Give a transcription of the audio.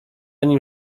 nim